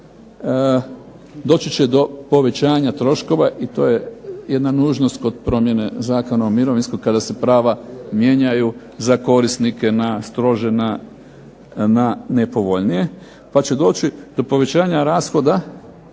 doći će do povećanja troškova i to je jedna nužnost kod promjene Zakona o mirovinskom kada se prava mijenjaju za korisnike na strože na nepovoljnije pa će doći do povećanja rashoda